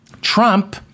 Trump